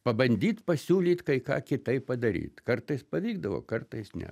pabandyt pasiūlyt kai ką kitaip padaryt kartais pavykdavo kartais ne